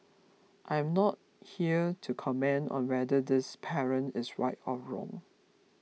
I am not here to comment on whether this parent is right or wrong